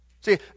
see